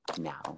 now